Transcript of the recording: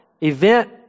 event